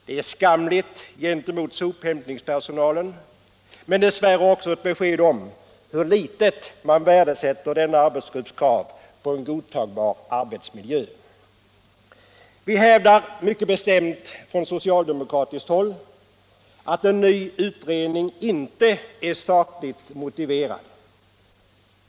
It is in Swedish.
Det är skamligt gentemot sophämtningspersonalen men dess värre också ett besked om hur litet man beaktar denna arbetsgrupps krav på en godtagbar arbetsmiljö. Vi hävdar mycket bestämt från socialdemokratiskt håll att en ny utredning inte är sakligt motiverad.